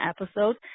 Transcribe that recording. episode